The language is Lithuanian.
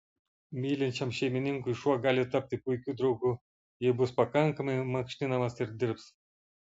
mylinčiam šeimininkui šuo gali tapti puikiu draugu jei bus pakankamai mankštinamas ir dirbs